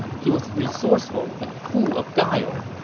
he was resourceful and full of guile.